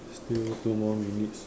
still two more minutes